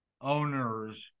owners